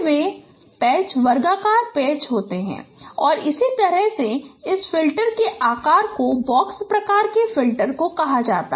फिर वे पैच वर्गाकार पैच होते हैं और इस तरह से इस फिल्टर के आकार को बॉक्स प्रकार के फिल्टर कहा जाता है